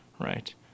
right